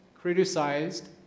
criticized